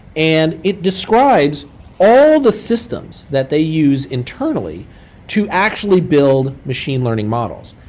and it describes all the systems that they use internally to actually build machine learning models.